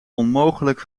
onmogelijk